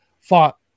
fought